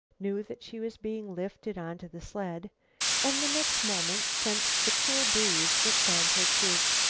knew that she was being lifted onto the sled and, the next moment, sensed the cool breeze that fanned her cheek.